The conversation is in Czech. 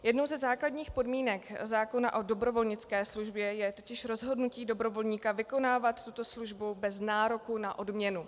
Jednou ze základních podmínek zákona o dobrovolnické službě je totiž rozhodnutí dobrovolníka vykonávat tuto službu bez nároku na odměnu.